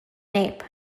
nape